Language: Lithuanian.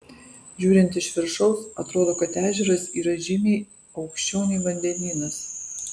žiūrint iš viršaus atrodo kad ežeras yra žymiai aukščiau nei vandenynas